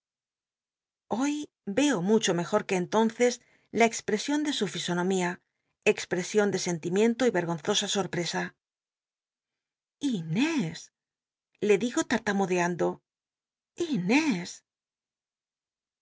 lloy veo mucho mejor iuc entonces la expresion de su fisonomía expresion de sentimiento y vcrgonzosa sor presa i inés le digo lartamudeando i inés